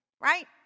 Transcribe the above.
Right